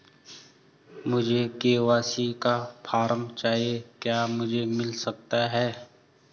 मुझे के.वाई.सी का फॉर्म चाहिए क्या मुझे मिल सकता है?